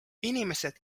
inimesed